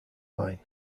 line